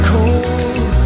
Cold